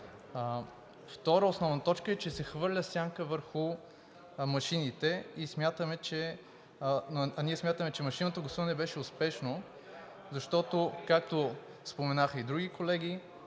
Втора основна точка е, че се хвърля сянка върху машините, а ние смятаме, че машинното гласуване беше успешно, защото, както споменаха и други колеги,